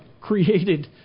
created